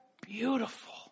beautiful